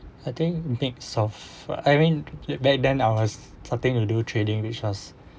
I think think soft for I mean back then I was starting to do trading which was